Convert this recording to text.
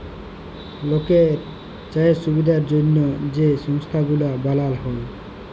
লকের চাষের সুবিধার জ্যনহে যে সংস্থা গুলা বালাল হ্যয়